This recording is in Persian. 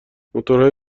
موتورهای